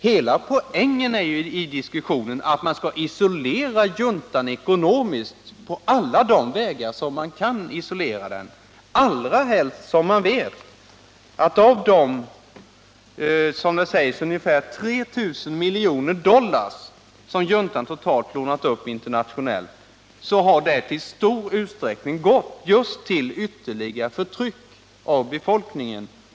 Hela poängen i diskussionen är ju att man skall isolera juntan ekonomiskt på alla de vägar man kan —allra helst som man vet att de, som det sägs, ungefär 3 000 miljoner dollar som juntan totalt lånat upp internationellt i stor utsträckning har gått just till ytterligare förtryck av befolkningen.